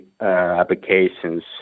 applications